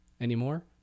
anymore